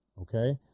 Okay